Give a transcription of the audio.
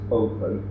open